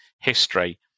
history